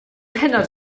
hynod